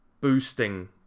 boosting